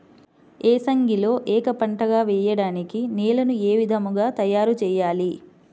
ఏసంగిలో ఏక పంటగ వెయడానికి నేలను ఏ విధముగా తయారుచేయాలి?